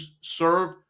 serve